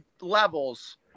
levels